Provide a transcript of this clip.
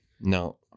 No